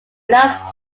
last